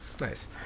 Nice